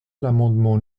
l’amendement